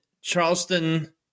Charleston